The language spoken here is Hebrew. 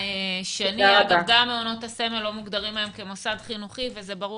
גם מעונות הסמל לא מוגדרים היום כמוסד חינוכי ברור